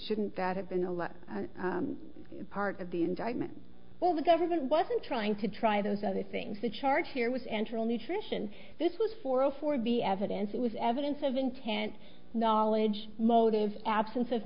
shouldn't that have been allowed part of the indictment or the government wasn't trying to try those other things the charge here was enteral nutrition this was for for be evidence it was evidence of intent knowledge motive absence of